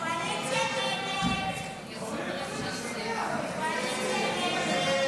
ומן הראוי לתמוך בהצעת החוק